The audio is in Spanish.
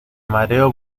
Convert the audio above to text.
mareo